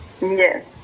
Yes